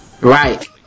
right